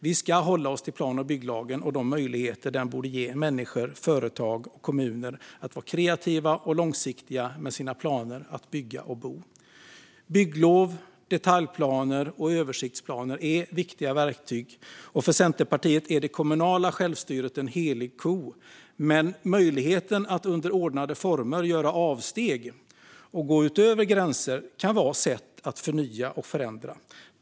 Vi ska hålla oss till plan och bygglagen och de möjligheter som den borde ge människor, företag och kommuner att vara kreativa och långsiktiga med sina planer när det gäller att bygga och bo. Bygglov, detaljplaner och översiktsplaner är viktiga verktyg, och för Centerpartiet är det kommunala självstyret en helig ko. Men möjligheten att under ordnade former göra avsteg och gå utöver gränser kan vara ett sätt att förnya och förändra.